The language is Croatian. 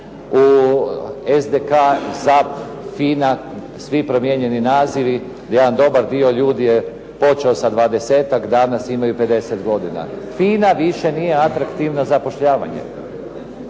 "ZAP", "FINA" svi promijenjeni nazivi. Jedan dobar dio ljudi je počeo sa 20-ak danas imaju 50 godina. "FINA" više nije atraktivno zapošljavanje.